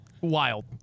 wild